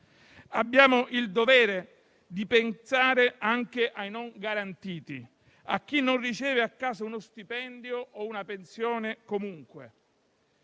Abbiamo il dovere di pensare anche ai non garantiti, a chi non riceve comunque a casa uno stipendio o una pensione. Non